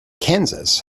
kansas